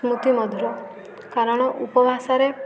ସ୍ମୃତିମଧୁର କାରଣ ଉପଭାଷାରେ